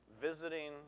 visiting